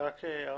הערה.